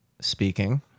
speaking